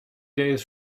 days